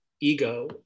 ego